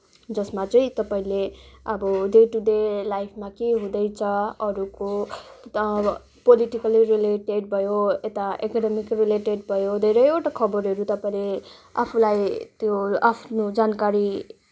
जसमा चाहिँ तपाईँले अब डे टू डे लाइफमा के हुँदैछ अरूको यता पोलिटिकली रिलेटेड भयो यता एकाडेमिक रिलेटेड भयो धेरैवटा खबरहरू तपाईँले आफूलाई त्यो आफ्नो जानकारी